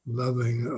loving